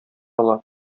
ала